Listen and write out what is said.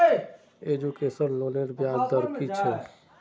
Education लोनेर ब्याज दर कि छे?